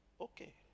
Okay